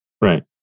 Right